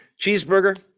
Cheeseburger